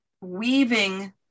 weaving